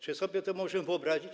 Czy sobie to możemy wyobrazić?